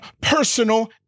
personal